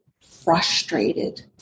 frustrated